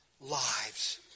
lives